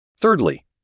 Thirdly